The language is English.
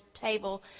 table